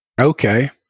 Okay